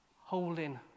holding